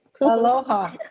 Aloha